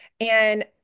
And-